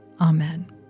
Amen